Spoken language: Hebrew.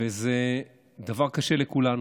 וזה דבר קשה לכולנו.